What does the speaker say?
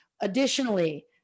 Additionally